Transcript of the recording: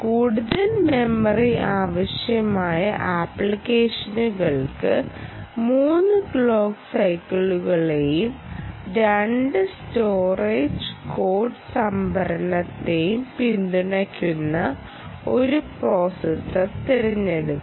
കൂടുതൽ മെമ്മറി ആവശ്യമായ ആപ്ലിക്കേഷനുകൾക്ക് മൂന്ന് ക്ലോക്ക് സൈക്കിളുകളെയും രണ്ട് സ്റ്റോറേജ് കോഡ് സംഭരണത്തെയും പിന്തുണയ്ക്കുന്ന ഒരു പ്രോസസർ തിരഞ്ഞെടുക്കണം